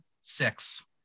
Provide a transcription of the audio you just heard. Six